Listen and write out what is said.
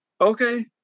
okay